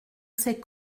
ces